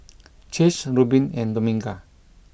Chase Reubin and Dominga